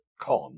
con